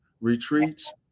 retreats